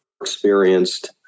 experienced